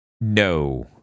No